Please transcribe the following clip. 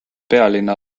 pealinna